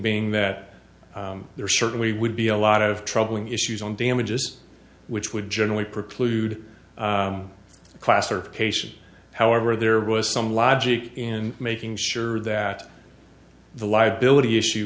being that there certainly would be a lot of troubling issues on damages which would generally preclude a class or patient however there was some logic in making sure that the liability issue